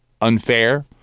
unfair